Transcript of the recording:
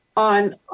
on